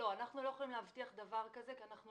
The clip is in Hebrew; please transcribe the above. לא, אנחנו לא יכולים להבטיח דבר כזה כי אנחנו